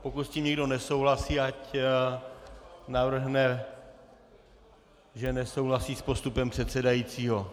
Pokud s tím někdo nesouhlasí, ať navrhne, že nesouhlasí s postupem předsedajícího.